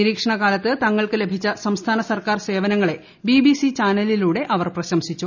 നിരീക്ഷണകാലത്ത് തങ്ങൾക്കു ലഭിച്ചു സംസ്ഥാന സർക്കാർസേവനങ്ങളെ ബിബിസി ചാനലിലൂടെ അവർ പ്രശംസിച്ചു